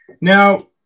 Now